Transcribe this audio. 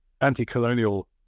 anti-colonial